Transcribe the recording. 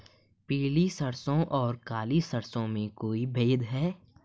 पीली सरसों और काली सरसों में कोई भेद है?